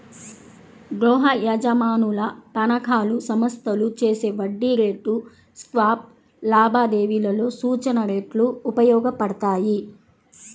గృహయజమానుల తనఖాలు, సంస్థలు చేసే వడ్డీ రేటు స్వాప్ లావాదేవీలలో సూచన రేట్లు ఉపయోగపడతాయి